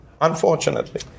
unfortunately